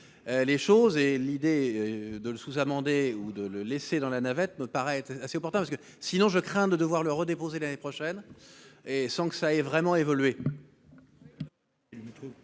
les choses, et l'idée de le sous-amender ou de le laisser dans la navette me paraît assez opportune. Sinon, je crains de ne devoir le redéposer l'année prochaine, sans que cela ait vraiment évolué.